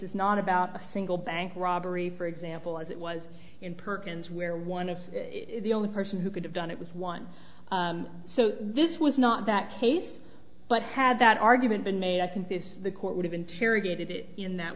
is not about a single bank robbery for example as it was in perkins where one of the only person who could have done it was one so this was not that case but had that argument been made i think this the court would have